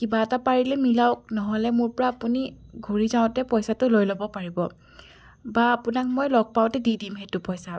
কিবা এটা পাৰিলে মিলাওক নহ'লে মোৰ পৰা আপুনি ঘূৰি যাওঁতে পইচাটো লৈ ল'ব পাৰিব বা আপোনাক মই লগ পাওঁতে দি দিম সেইটো পইচা